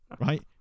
right